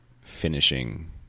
finishing